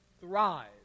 thrive